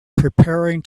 preparing